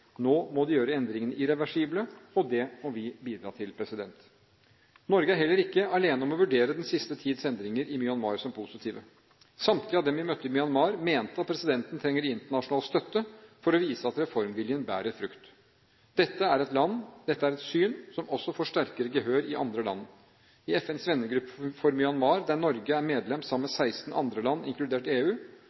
Nå må de gjøre endringene irreversible. Og det må vi bidra til. Norge er heller ikke alene om å vurdere den siste tids endringer i Myanmar som positive. Samtlige av dem vi møtte i Myanmar, mente at presidenten trenger internasjonal støtte for å vise at reformlinjen bærer frukt. Dette er et syn som også får sterkere gehør i andre land. I FNs vennegruppe for Myanmar, der Norge er medlem sammen med 16 andre land, inkludert EU,